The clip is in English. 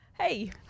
Hey